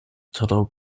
tro